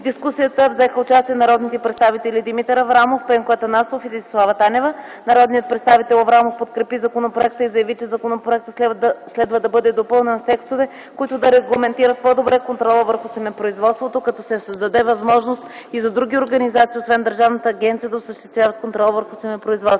дискусията взеха участие народните представители Димитър Аврамов, Пенко Атанасов и Десислава Танева. Народният представител Димитър Аврамов подкрепи законопроекта и заяви, че законопроектът следва да бъде допълнен с текстове, които да регламентират по-добре контрола върху семепроизводството, като се създаде възможност и за други организации освен държавната агенция, да осъществяват контрол върху семепроизводството.